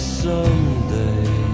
someday